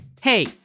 Hey